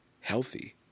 healthy